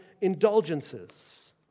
indulgences